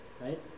Right